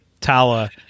Tala